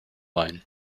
line